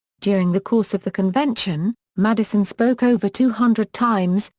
during the course of the convention, madison spoke over two hundred times,